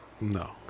No